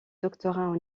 doctorat